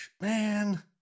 Man